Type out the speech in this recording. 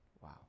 wow